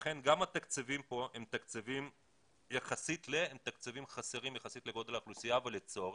לכן גם התקציבים פה הם תקציבים חסרים יחסית לגודל האוכלוסייה ולצורך.